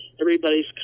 everybody's